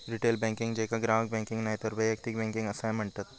retail banking, जेका ग्राहक banking नायतर वैयक्तिक बँकिंग असाय म्हणतत